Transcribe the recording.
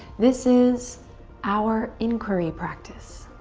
this is our inquiry practice.